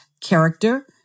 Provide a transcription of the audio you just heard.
Character